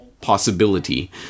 possibility